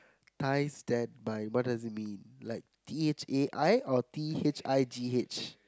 ties that bind what does it mean T H A I or T H I G H